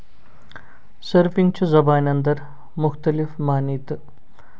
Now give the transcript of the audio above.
surfing چھُ زَبانہِ اَندَر مُختٔلِف معنے تہٕ